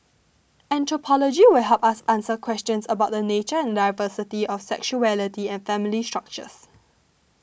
anthropology will help us answer questions about the nature and diversity of sexuality and family structures